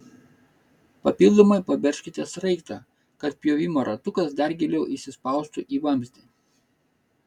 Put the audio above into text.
papildomai paveržkite sraigtą kad pjovimo ratukas dar giliau įsispaustų į vamzdį